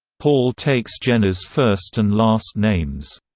paul takes jenna's first and last names.